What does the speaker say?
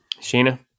Sheena